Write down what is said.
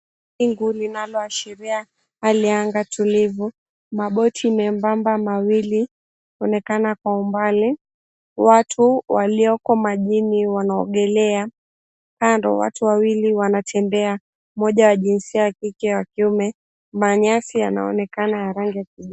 Wingu linaloashiria hali ya anga tulivu, maboti mebamba mawili yanaonekana kwa umbali, watu walioko majini wanaogelea, kando watu wawili wanatembea mmoja wa jinsia ya kike, wa kiume. Nyumba ya nyasi yanaonekana ya rangi ya kijani.